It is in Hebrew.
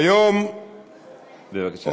בבקשה.